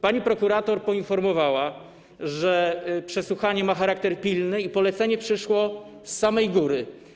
Pani prokurator poinformowała, że przesłuchanie ma charakter pilny i polecenie przyszło z samej góry.